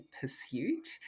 pursuit